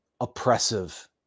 oppressive